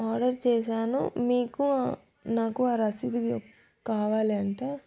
order చేశాను మీకు నాకు ఆ రసి కావాలంటే